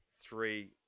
three